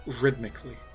Rhythmically